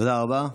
תודה רבה.